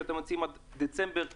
שאתם מציעים עד דצמבר 2020,